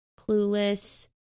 Clueless